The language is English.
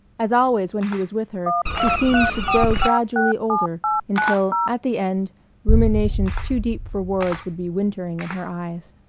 as always when he was with her she seemed to grow gradually older until at the end ruminations too deep for words would be wintering in her eyes.